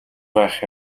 байх